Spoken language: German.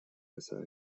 besser